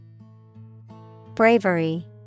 Bravery